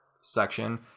section